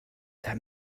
that